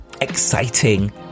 exciting